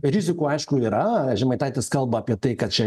rizikų aišku yra žemaitaitis kalba apie tai kad čia